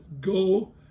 go